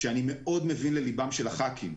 ואני מאוד מבין לליבם של חברי הכנסת,